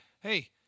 hey